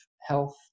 health